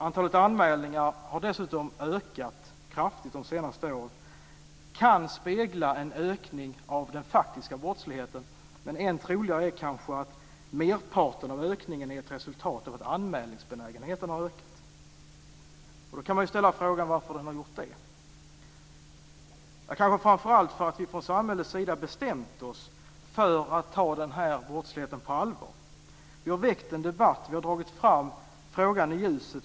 Antalet anmälningar har dessutom ökat kraftigt de senaste åren. Det kan spegla en ökning av den faktiska brottsligheten, men troligare är kanske att merparten av ökningen är ett resultat av att anmälningsbenägenheten har ökat. Då kan man ställa frågan varför den har gjort det. Ja, kanske framför allt därför att vi från samhällets sida har bestämt oss för att ta den här brottsligheten på allvar. Vi har väckt en debatt och dragit fram frågan i ljuset.